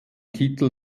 titel